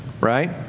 Right